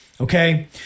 okay